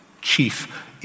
chief